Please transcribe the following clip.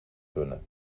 kunnen